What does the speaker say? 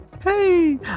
Hey